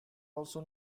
also